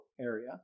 area